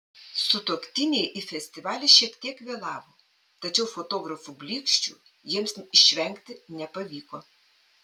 sutuoktiniai į festivalį šiek tiek vėlavo tačiau fotografų blyksčių jiems išvengti nepavyko